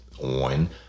on